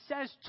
says